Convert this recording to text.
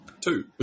two